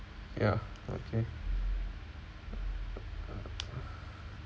ya okay